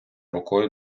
рукою